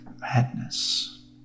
Madness